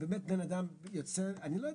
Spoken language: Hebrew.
באמת בן אדם יוצא, אני לא יודע.